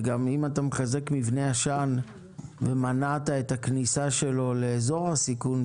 וגם אם אתה מחזק מבנה ישן ומנעת את הכניסה שלו לאיזור הסיכון,